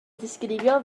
ddisgrifio